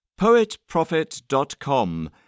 poetprophet.com